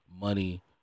money